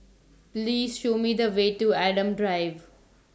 Please Show Me The Way to Adam Drive